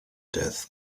death